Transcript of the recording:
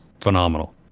phenomenal